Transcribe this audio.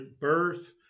birth